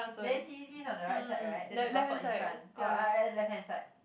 then T_C_T is on the right side then the bust stop in front orh left hand side